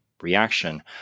reaction